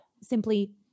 simply